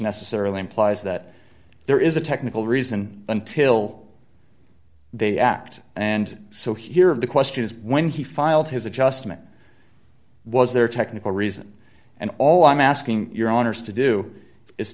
necessarily implies that there is a technical reason until they act and so here of the question is when he filed his adjustment was there a technical reason and all i'm asking your owners to do is